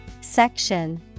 Section